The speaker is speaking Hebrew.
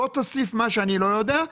בוא תוסיף מה שאני לא יודע,